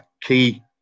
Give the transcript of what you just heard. key